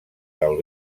del